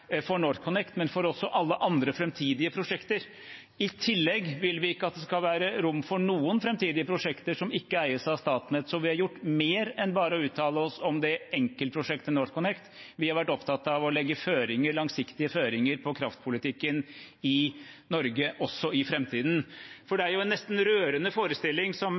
at det skal være rom for noen framtidige prosjekter som ikke eies av Statnett, så vi har gjort mer enn bare å uttale oss om enkeltprosjektet NorthConnect. Vi har vært opptatt av å legge føringer, langsiktige føringer, på kraftpolitikken i Norge også i framtiden. For det er jo en nesten rørende forestilling – som